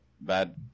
bad